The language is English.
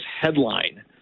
headline